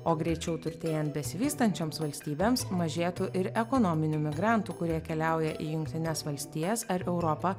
o greičiau turtėjant besivystančioms valstybėms mažėtų ir ekonominių migrantų kurie keliauja į jungtines valstijas ar europą